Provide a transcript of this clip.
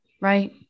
Right